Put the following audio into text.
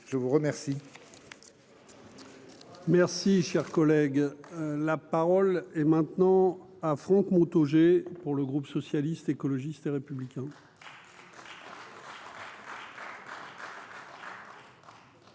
je vous remercie. Merci, cher collègue, la parole est maintenant à Franck Montaugé pour le groupe socialiste, écologiste et républicain. Monsieur